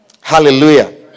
Hallelujah